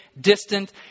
distant